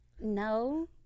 No